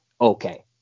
okay